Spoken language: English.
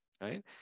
right